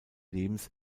lebens